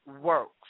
works